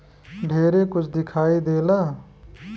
ढेरे कुछ दिखाई देला